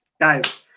Guys